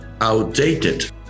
outdated